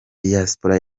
diyasipora